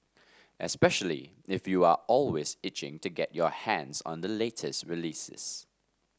especially if you're always itching to get your hands on the latest releases